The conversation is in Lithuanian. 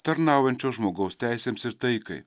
tarnaujančio žmogaus teisėms ir taikai